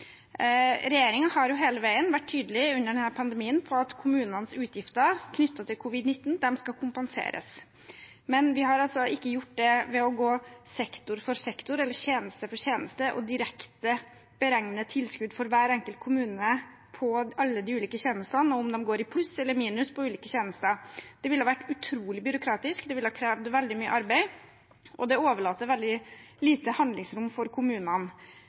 har hele veien under denne pandemien vært tydelig på at kommunenes utgifter knyttet til covid-19 skal kompenseres, men vi har altså ikke gjort det ved å gå sektor for sektor eller tjeneste for tjeneste og direkte beregne tilskudd for hver enkelt kommune for alle de ulike tjenestene, og om de går i pluss eller minus på ulike tjenester. Det ville ha vært utrolig byråkratisk, det ville ha krevd veldig mye arbeid, og det overlater veldig lite handlingsrom til kommunene.